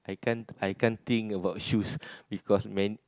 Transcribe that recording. I can't I can't think about shoes because man